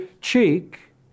cheek